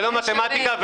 לא מתמטיקה.